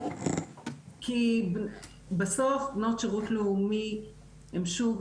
כי בסוף בנות שירות לאומי הן שוב,